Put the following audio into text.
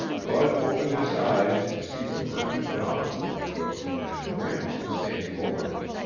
bud opened his eyes to see the murky dawn at the windows and gramps standing over him.